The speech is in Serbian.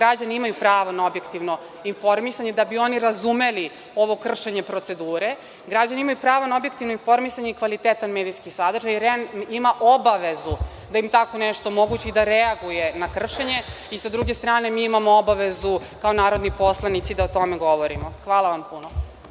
građani imaju pravo na objektivno informisanje da bi oni razumeli ovo kršenje procedure. Građani imaju pravo na objektivno informisanje i kvalitetan medijski sadržaj i REM ima obavezu da im tako nešto omogući i da reaguje na kršenje i sa druge strane, mi imamo obavezu kao narodni poslanici, da o tome govorimo. Hvala vam puno.